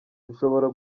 dushobora